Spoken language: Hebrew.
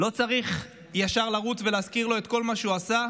לא צריך ישר לרוץ ולהזכיר לו את כל מה שהוא עשה,